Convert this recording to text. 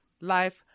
life